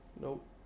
Nope